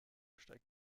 steigt